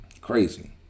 Crazy